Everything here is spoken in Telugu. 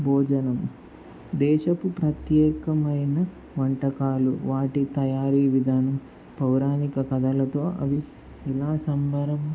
భోజనం దేశపు ప్రత్యేకమైన వంటకాలు వాటి తయారీ విధానం పౌరాణిక కథలతో అవి ఇలా సంబరం